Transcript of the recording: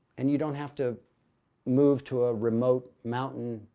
and you don't have to move to a remote mountain,